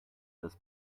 this